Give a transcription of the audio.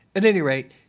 and any rate,